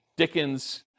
Dickens